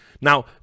Now